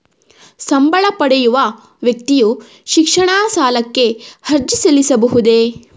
ಸಂಬಳ ಪಡೆಯುವ ವ್ಯಕ್ತಿಯು ಶಿಕ್ಷಣ ಸಾಲಕ್ಕೆ ಅರ್ಜಿ ಸಲ್ಲಿಸಬಹುದೇ?